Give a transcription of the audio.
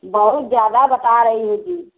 बहुत ज्यादा बता रही हैं जी